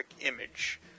image